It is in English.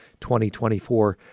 2024